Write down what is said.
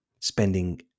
spending